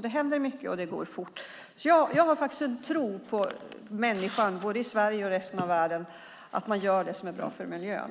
Det händer alltså mycket, och det går fort. Jag har faktiskt en tro på människan, både i Sverige och i resten världen, och på att människan gör det som är bra för miljön.